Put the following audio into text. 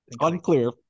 Unclear